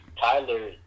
Tyler